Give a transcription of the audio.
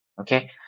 Okay